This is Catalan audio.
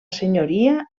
senyoria